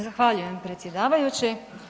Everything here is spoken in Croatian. Zahvaljujem predsjedavajući.